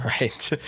Right